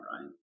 right